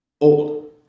old